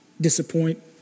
disappoint